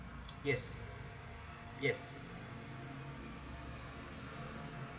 yes yes